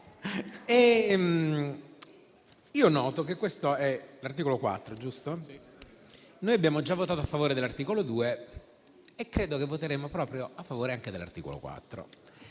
io noto che questo è l'articolo 4, giusto? Noi abbiamo già votato a favore dell'articolo 2 e credo che voteremo a favore anche dell'articolo 4.